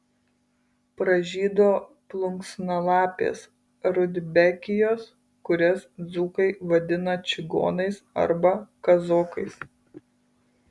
pražydo plunksnalapės rudbekijos kurias dzūkai vadina čigonais arba kazokais